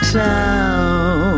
town